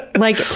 like,